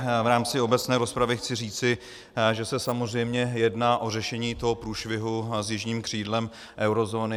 V rámci obecné rozpravy chci říci, že se samozřejmě jedná o řešení toho průšvihu s jižním křídlem eurozóny.